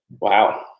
wow